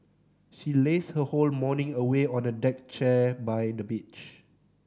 she lazed her whole morning away on a deck chair by the beach